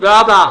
תודה רבה.